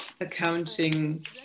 accounting